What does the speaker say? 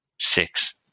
Six